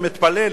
ומתפלא,